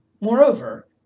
Moreover